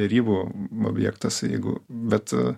derybų objektas jeigu bet